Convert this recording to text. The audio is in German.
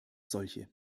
solche